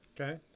Okay